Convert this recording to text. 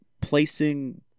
placing